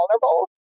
vulnerable